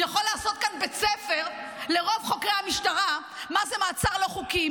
הוא יכול לעשות כאן בית ספר לרוב חוקרי המשטרה מה זה מעצר לא חוקי,